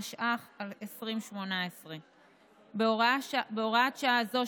התשע"ח 2018. בהוראת שעה זו,